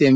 M